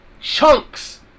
chunks